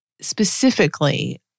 specifically